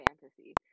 fantasy